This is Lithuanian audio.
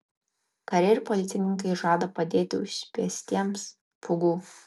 kariai ir policininkai žada padėti užspeistiems pūgų